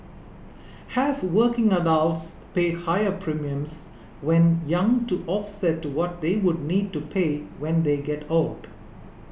have working adults pay higher premiums when young to offset what they would need to pay when they get old